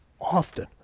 Often